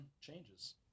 changes